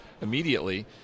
immediately